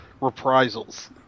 reprisals